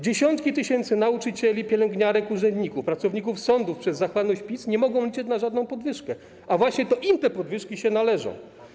Dziesiątki tysięcy nauczycieli, pielęgniarek, urzędników, pracowników sądów przez zachłanność PiS nie mogą liczyć na żadną podwyżkę, a właśnie to im te podwyżki się należą.